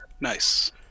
Nice